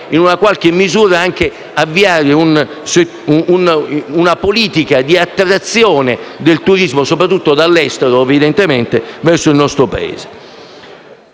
in una qualche misura avviare una politica di attrazione del turismo - soprattutto dall'estero, evidentemente - verso il nostro Paese.